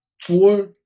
four